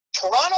Toronto